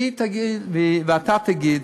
היא תגיד לי ואתה תגיד,